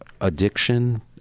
Addiction